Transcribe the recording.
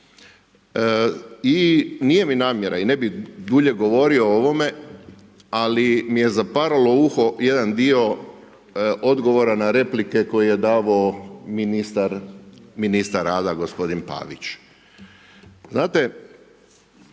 Nije mi namjera i ne bi dulje govorio o ovome, ali mi je zaparalo uho jedan dio odgovora na replike koje je davao ministar rada gospodin Pavić.